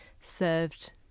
served